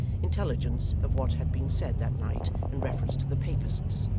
intelligence of what had been said that night in reference to the papists,